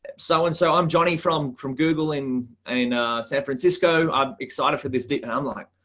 ah so and so i'm johnny from from google in and in san francisco. i'm excited for this date. and i'm like,